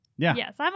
Yes